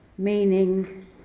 meaning